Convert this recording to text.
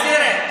לא.